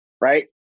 right